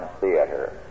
theater